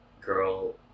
girl